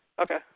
Okay